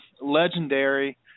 Legendary